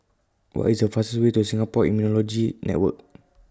What IS The fastest Way to Singapore Immunology Network